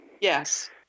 Yes